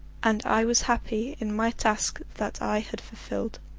and i was happy in my task that i had fulfilled.